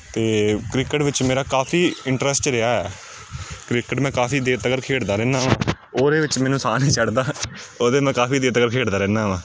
ਅਤੇ ਕ੍ਰਿਕਟ ਵਿੱਚ ਮੇਰਾ ਕਾਫੀ ਇੰਟਰਸਟ ਰਿਹਾ ਕ੍ਰਿਕਟ ਮੈਂ ਕਾਫੀ ਦੇਰ ਤੱਕ ਖੇਡਦਾ ਰਹਿੰਦਾ ਵਾ ਉਹਦੇ ਵਿੱਚ ਮੈਨੂੰ ਸਾਹ ਨਹੀਂ ਚੜ੍ਹਦਾ ਉਹਦੇ ਮੈਂ ਕਾਫੀ ਦੇਰ ਤੱਕ ਖੇਡਦਾ ਰਹਿੰਦਾ ਵਾ